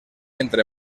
entre